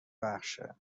بخشه